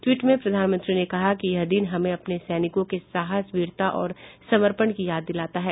tweet में प्रधानमंत्री ने कहा है कि यह दिन हमें अपने सैनिकों के साहस वीरता और समर्पण की याद दिलाता है